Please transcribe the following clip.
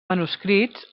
manuscrits